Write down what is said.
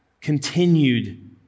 continued